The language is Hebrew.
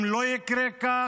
אם לא יקרה כך,